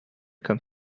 come